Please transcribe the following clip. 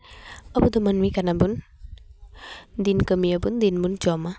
ᱟᱵᱚ ᱫᱚ ᱢᱟᱹᱱᱢᱤ ᱠᱟᱱᱟᱵᱚᱱ ᱫᱤᱱ ᱠᱟᱹᱢᱤᱭᱟᱵᱚᱱ ᱫᱤᱱ ᱵᱚᱱ ᱡᱚᱢᱟ